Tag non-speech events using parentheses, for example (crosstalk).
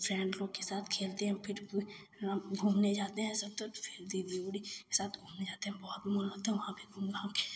friend लोग के साथ खेलते हैं (unintelligible) घूमने जाते हैं सब तो फिर दीदी उदी सब घूमने जाती हैं बहुत मन लगता है वहाँ पर घूम घामकर